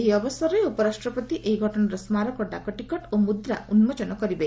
ଏହି ଅବସରରେ ଉପରାଷ୍ଟ୍ରପତି ଏହି ଘଟଣାର ସ୍କାରକ ଡାକଟିକଟ ଓ ମୁଦ୍ରା ଉନ୍କୋଚନ କରିବେ